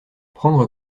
prendre